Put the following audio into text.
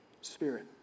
spirit